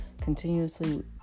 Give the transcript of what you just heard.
continuously